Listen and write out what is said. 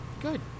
Good